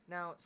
Now